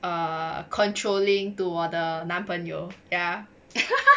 err controlling to 我的男朋友